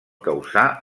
causar